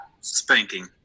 Spanking